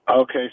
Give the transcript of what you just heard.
Okay